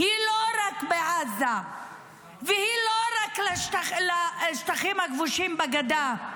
היא לא רק בעזה והיא לא רק לשטחים הכבושים בגדה,